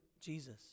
Jesus